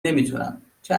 نمیتونم، چه